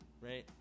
right